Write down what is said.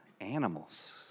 animals